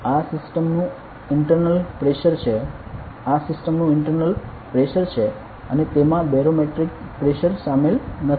આ સિસ્ટમનું internal pressure છે આ સિસ્ટમનુ ઇન્ટરનલ પ્રેશર છે અને તેમાં બેરોમેટ્રિક પ્રેશર શામેલ નથી